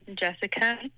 jessica